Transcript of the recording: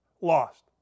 lost